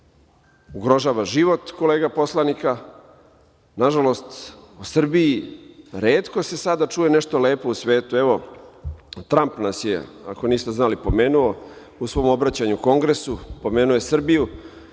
ugrožava život kolega poslanika. Nažalost, o Srbiji se retko sada čuje nešto lepo u svetu. Tramp nas je, ako niste znali, pomenuo u svom obraćanju u Kongresu, pomenuo je Srbiju.